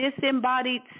disembodied